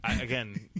Again